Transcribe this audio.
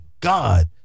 God